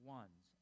ones